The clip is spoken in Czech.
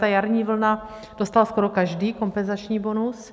Ta jarní vlna dostal skoro každý kompenzační bonus.